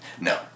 No